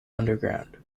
underground